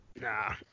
Nah